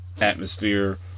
atmosphere